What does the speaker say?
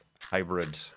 hybrid